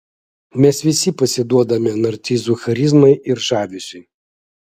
mes visi pasiduodame narcizų charizmai ir žavesiui